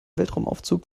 weltraumaufzug